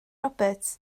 roberts